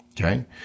Okay